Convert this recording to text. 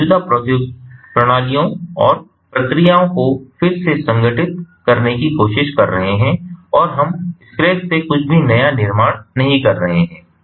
हम मौजूदा प्रणालियों और प्रक्रियाओं को फिर से संगठित करने की कोशिश कर रहे हैं और हम स्क्रैच से कुछ भी नया निर्माण नहीं कर रहे हैं